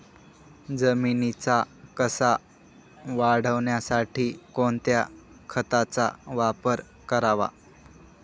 जमिनीचा कसं वाढवण्यासाठी कोणत्या खताचा वापर करावा?